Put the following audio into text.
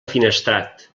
finestrat